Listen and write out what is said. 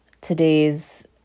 today's